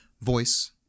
voice